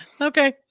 okay